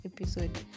episode